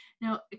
now